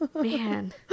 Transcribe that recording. Man